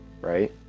right